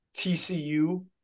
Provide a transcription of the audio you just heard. TCU